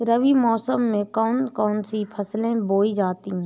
रबी मौसम में कौन कौन सी फसलें बोई जाती हैं?